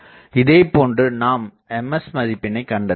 இதே போன்று நாம் Ms மதிப்பினை கண்டறியலாம்